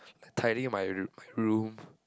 tidy up my my room